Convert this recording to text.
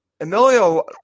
Emilio